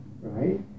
right